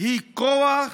היא כוח,